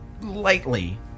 lightly